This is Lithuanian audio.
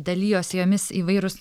dalijosi jomis įvairūs